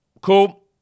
Cool